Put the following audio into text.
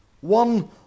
One